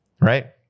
right